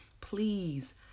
please